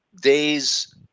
days